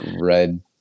red